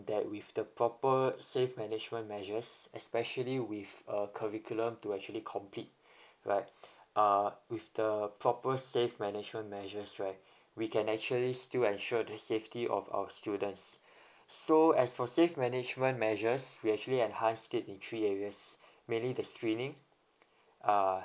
that with the proper safe management measures especially with a curriculum to actually complete right uh with the proper safe management measures right we can actually still ensure the safety of our students so as for safe management measures we actually enhanced it in three areas mainly the screening uh